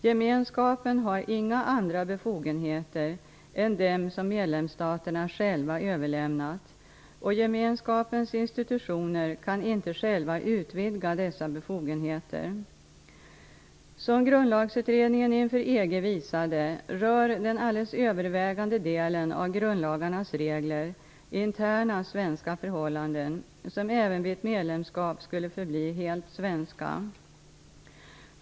Gemenskapen har inga andra befogenheter än dem som medlemsstaterna själva överlämnat och gemenskapens institutioner kan inte själva utvidga dessa befogenheter. Som Grundlagsutredningen inför EG visade rör den alldeles övervägande delen av grundlagarnas regler interna svenska förhållanden som även vid ett medlemskap skulle förbli helt svenska.